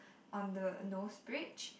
on the nose bridge